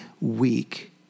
weak